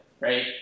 right